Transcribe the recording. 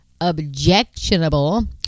objectionable